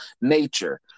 nature